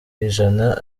ijana